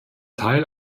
teil